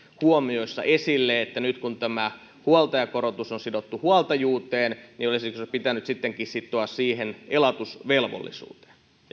huomioissa esille että nyt kun tämä huoltajakorotus on sidottu huoltajuuteen niin olisiko se pitänyt sittenkin sitoa siihen elatusvelvollisuuteen